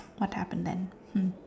what happened then hmm